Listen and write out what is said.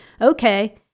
okay